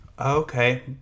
Okay